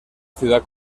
ciudad